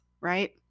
right